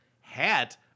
Hat